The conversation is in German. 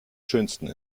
schönsten